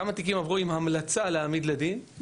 כמה תיקים עברו עם המלצה להעמיד לדין,